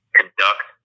conduct